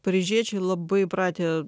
paryžiečiai labai įpratę